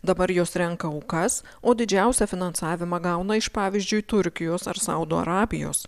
dabar jos renka aukas o didžiausią finansavimą gauna iš pavyzdžiui turkijos ar saudo arabijos